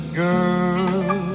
girl